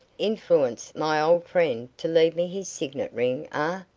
influenced my old friend to leave me his signet ring, ah,